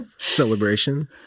celebration